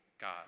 God